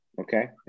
Okay